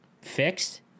fixed